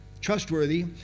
trustworthy